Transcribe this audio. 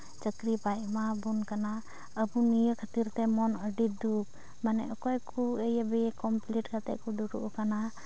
ᱪᱟᱹᱠᱨᱤ ᱵᱟᱭ ᱮᱢᱟᱣᱟᱵᱚᱱ ᱠᱟᱱᱟ ᱟᱵᱚ ᱱᱤᱭᱟᱹ ᱠᱷᱟᱹᱛᱤᱨ ᱛᱮ ᱢᱚᱱ ᱟᱹᱰᱤ ᱫᱩᱠ ᱢᱟᱱᱮ ᱚᱠᱚᱭ ᱠᱚ ᱟᱭᱮ ᱵᱤᱭᱮ ᱠᱚᱢᱯᱞᱤᱴ ᱠᱟᱛᱮᱫ ᱠᱚ ᱫᱩᱲᱩᱵ ᱟᱠᱟᱱᱟ